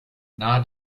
nahe